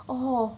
oh